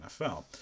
NFL